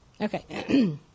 Okay